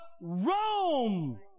Rome